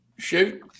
Shoot